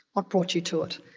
what brought you to it?